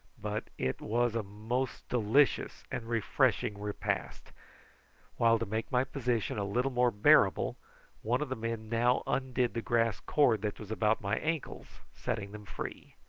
but it was a most delicious and refreshing repast while to make my position a little more bearable one of the men now undid the grass cord that was about my ankles, setting them free.